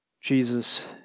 Jesus